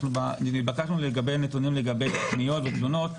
אנחנו נתבקשנו להביא נתונים לגבי תוכניות ותלונות,